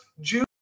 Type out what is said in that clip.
June